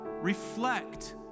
reflect